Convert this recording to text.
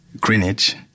Greenwich